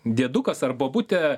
diedukas ar bobutė